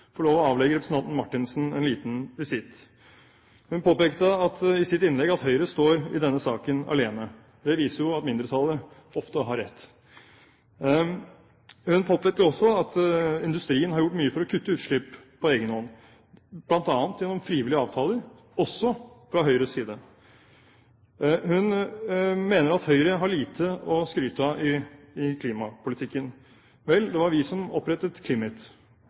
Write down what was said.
få lov å avlegge representanten Marthinsen en liten visitt. Hun påpekte i sitt innlegg at Høyre i denne saken står alene. Det viser jo at mindretallet ofte har rett. Hun påpekte også at industrien har gjort mye for å kutte utslipp på egen hånd, bl.a. gjennom frivillige avtaler, også fra Høyres side. Hun mener at Høyre har lite å skryte av i klimapolitikken. Vel, det var vi som opprettet CLIMIT.